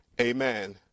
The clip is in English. Amen